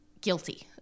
guilty